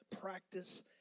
practice